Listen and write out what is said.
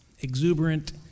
Exuberant